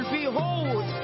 behold